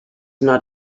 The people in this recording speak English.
not